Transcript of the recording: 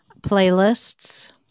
playlists